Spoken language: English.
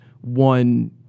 one